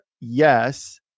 yes